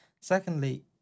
Secondly